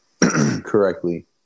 correctly